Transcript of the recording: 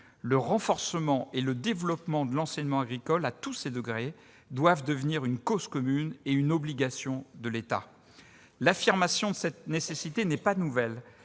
Le renforcement et le développement de l'enseignement agricole à tous ses degrés doivent donc devenir une cause commune et une obligation de l'État ! Au reste, l'affirmation de cette nécessité n'est pas nouvelle.